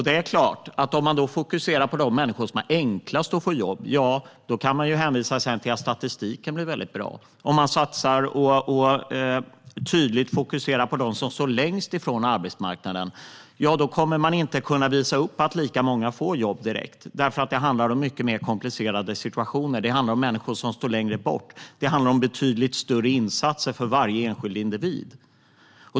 Det är klart att om man då fokuserar på de människor som har lättast att få jobb kan man sedan hänvisa till att statistiken blir väldigt bra. Om man satsar och tydligt fokuserar på dem som står längst från arbetsmarknaden kommer man inte att kunna visa upp att lika många får jobb direkt, eftersom det handlar om mycket mer komplicerade situationer. Det handlar om människor som står längre bort. Det handlar om betydligt större insatser för varje enskild individ.